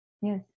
Yes